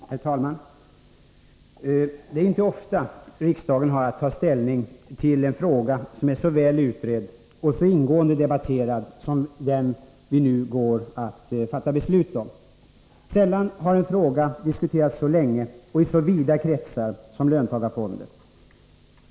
Herr talman! Det är inte ofta riksdagen har att ta ställning till en fråga som är så väl utredd och så ingående debatterad som den vi nu går att fatta beslut om. Sällan har en fråga diskuterats så länge och i så vida kretsar som löntagarfondsfrågan.